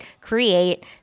create